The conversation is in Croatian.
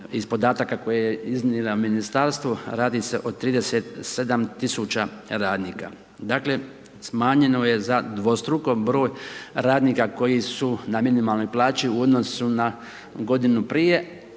iz podataka koje je iznijelo ministarstvo, radi se o 37 tisuća radnika. Dakle, smanjeno je za dvostruko broj radnika, koji su na minimalnoj plaći u odnosu na godinu prije,